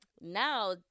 now